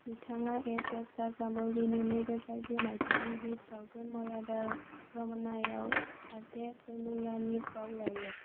बिथाङा S S राजामौलीनि नैरोजा जि मायथाइनि हिट सावथुन मर्यादा रामान्नायाव सासे केमिय'नि फाव लायो